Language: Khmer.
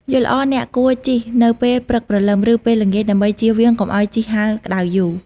យល់ល្អអ្នកគួរជិះនៅពេលព្រឹកព្រលឹម ឬពេលល្ងាចដើម្បីជៀសវាងកុំឱ្យជិះហាលក្ដៅយូរ។